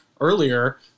earlier